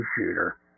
shooter